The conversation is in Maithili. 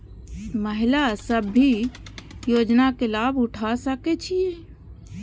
महिला सब भी योजना के लाभ उठा सके छिईय?